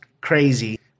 crazy